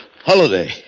Holiday